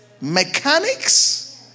mechanics